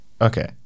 Okay